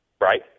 right